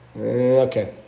Okay